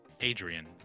Adrian